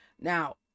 now